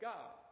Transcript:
God